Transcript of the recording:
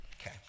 Okay